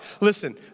Listen